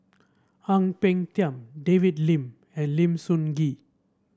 Ang Peng Tiam David Lim and Lim Sun Gee